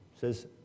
says